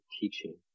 teaching